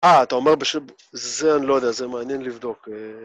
אה, אתה אומר פשוט... זה אני לא יודע, זה מעניין לבדוק.